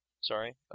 Sorry